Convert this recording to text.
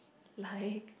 like